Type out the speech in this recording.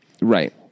Right